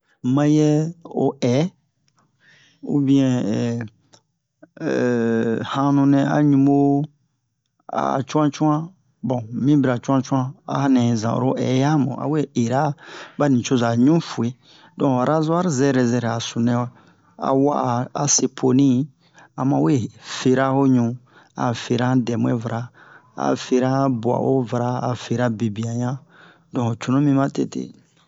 Mayɛ o hɛ ubiɛn hanu nɛ a wubo a'a cu'an cu'an bon un mi bira cu'an cu'an a nɛ zan oro hɛ yamu a we era ba nicoza ɲufu'e don razu'ar zɛrɛ zɛrɛ a sunu nɛ a wa'a a se poni a ma we fera ho ɲu a fera han dɛbwe-vara a fu'era han bua'o-vara a fera bebian yan don ho cunu mi ma tete